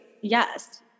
yes